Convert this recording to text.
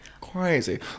Crazy